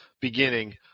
beginning